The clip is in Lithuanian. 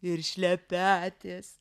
ir šlepetės